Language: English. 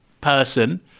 person